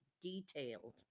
detailed